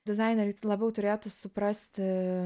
dizaineriai labiau turėtų suprasti